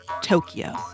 Tokyo